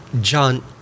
John